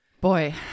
Boy